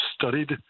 studied